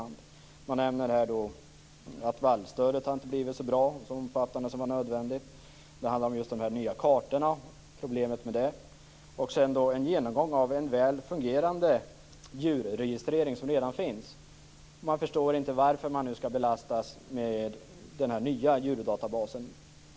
Hon nämner att vallstödet inte har blivit så bra som anses nödvändigt. Det handlar om problemet med de nya kartorna. Sedan följer en genomgång av en väl fungerande djurregistrering som redan finns. Man förstår inte varför man nu skall belastas med den här nya djurdatabasen.